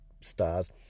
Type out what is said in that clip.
stars